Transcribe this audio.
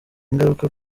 ingaruka